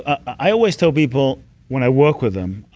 i always tell people when i work with them,